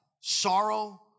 sorrow